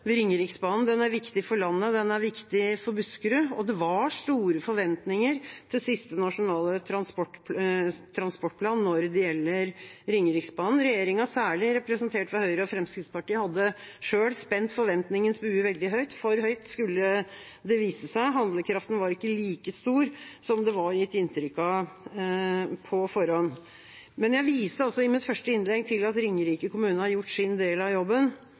Ringeriksbanen. Den er viktig for landet. Den er viktig for Buskerud. Det var store forventninger til siste nasjonale transportplan når det gjelder Ringeriksbanen. Regjeringa – særlig representert ved Høyre og Fremskrittspartiet – hadde selv spent forventningens bue veldig høyt – for høyt, skulle det vise seg. Handlekraften var ikke like stor som det var gitt inntrykk av på forhånd. Jeg viste i mitt første innlegg til at Ringerike kommune har gjort sin del av jobben,